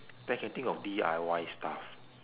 then I can think of D_I_Y stuff